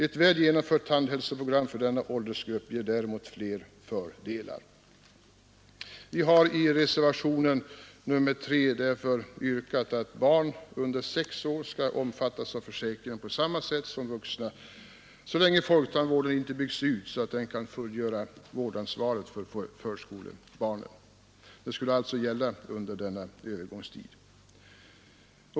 Ett väl genomfört tandhälsoprogram för denna åldersgrupp ger däremot flera fördelar, ———.” Vi har mot denna bakgrund i reservationen III yrkat att barn under 6 år skall omfattas av försäkringen på samma sätt som vuxna så länge folktandvården inte byggts ut så att den kan bära vårdansvaret för förskolebarnen. Det skulle alltså gälla under denna övergångstid.